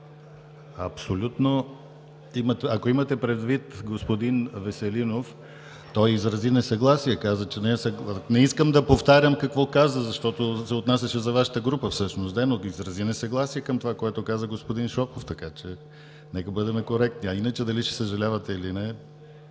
ГЛАВЧЕВ: Ако имате предвид господин Веселинов, той изрази несъгласие. Не искам да повтарям какво каза, защото се отнасяше за Вашата група всъщност. Изрази несъгласие към това, което каза господин Шопов, така че нека бъдем коректни. А иначе дали ще съжалявате, или не